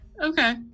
Okay